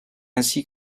ainsi